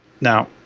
Now